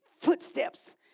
footsteps